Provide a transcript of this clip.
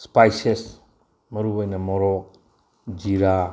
spices ꯃꯔꯨꯑꯣꯏꯅ ꯃꯣꯔꯣꯛ ꯖꯤꯔꯥ